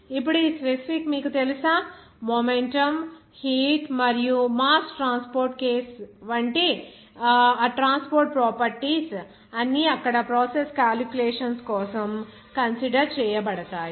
ఇప్పుడు ఈ స్పెసిఫిక్ మీకు తెలుసామొమెంటం హీట్ మరియు మాస్ ట్రాన్స్పోర్ట్ కేసు వంటి ఆ ట్రాన్స్పోర్ట్ ప్రాపర్టీస్ అన్ని అక్కడ ప్రాసెస్ క్యాలిక్యులేషన్స్ కోసం కన్సిడర్ చేయబడతాయి